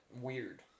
weird